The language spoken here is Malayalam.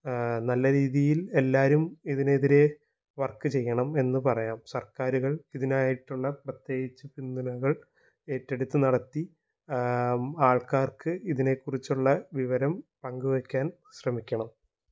നല്ല രീതിയില് എല്ലാരും ഇതിനെതിരെ വര്ക്ക് ചെയ്യണം എന്ന് പറയാം സര്ക്കാരുകള് ഇതിനായിട്ടുള്ള പ്രത്യേകിച്ച് പിന്തുണകള് ഏറ്റെടുത്ത് നടത്തി ആള്ക്കാര്ക്ക് ഇതിനെക്കുറിച്ചുള്ള വിവരം പങ്കുവയ്ക്കാന് ശ്രമിക്കണം